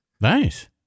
Nice